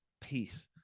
Peace